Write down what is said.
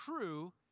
true